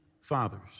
fathers